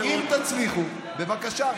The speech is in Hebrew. אם תצליחו, בבקשה.